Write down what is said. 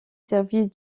service